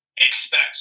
expect